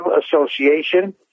Association